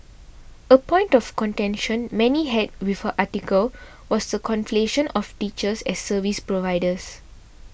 a point of contention many had with her article was the conflation of teachers as service providers